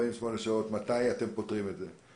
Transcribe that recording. שעות מתי אתם פותרים את זה.